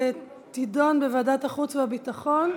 תידון בוועדת החוץ והביטחון.